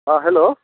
हाँ हेलो